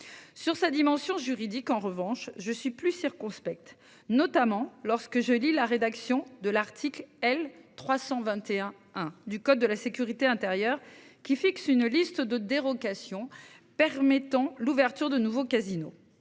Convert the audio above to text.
sur sa dimension juridique en revanche, je suis plus circonspecte notamment lorsque je lis la rédaction de l'article L 321 1 du code de la sécurité intérieure, qui fixe une liste de dérogations permettant l'ouverture de nouveaux casinos